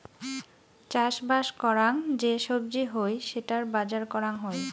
চাষবাস করাং যে সবজি হই সেটার বাজার করাং হই